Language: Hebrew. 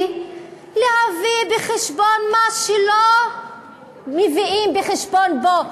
היא להביא בחשבון מה שלא מביאים בחשבון פה: